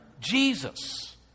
Jesus